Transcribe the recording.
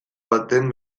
baten